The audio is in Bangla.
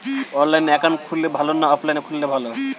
অনলাইনে একাউন্ট খুললে ভালো না অফলাইনে খুললে ভালো?